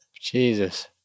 jesus